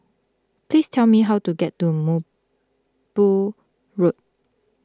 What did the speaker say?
please tell me how to get to Mubu Road